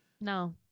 No